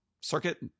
circuit